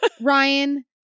Ryan